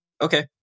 Okay